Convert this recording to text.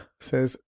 Says